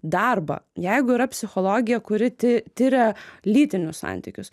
darbą jeigu yra psichologija kuri ti tiria lytinius santykius